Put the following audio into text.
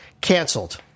canceled